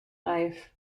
live